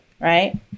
right